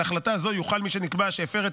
וכי על החלטה זו יוכל מי שנקבע שהפר את